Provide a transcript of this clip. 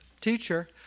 teacher